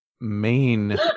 main